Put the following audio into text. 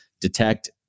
detect